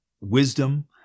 wisdom